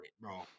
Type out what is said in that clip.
bro